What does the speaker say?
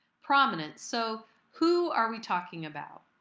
prominence. so who are we talking about?